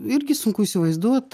irgi sunku įsivaizduot